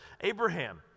Abraham